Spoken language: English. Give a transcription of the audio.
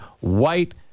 white